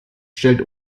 stellt